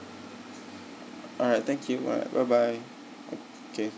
alright thank you right bye bye okay